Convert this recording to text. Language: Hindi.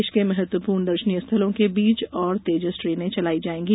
देश के महत्वपूर्ण दर्शनीय स्थलों के बीच और तेजस ट्रेने चलाई जाएंगी